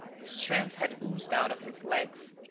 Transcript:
the strength had oozed out of his legs.